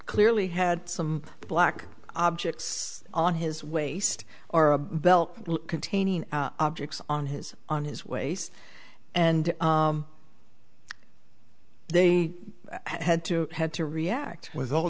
clearly had some black objects on his waist are a belt containing objects on his on his waist and they had to had to react with all